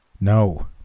No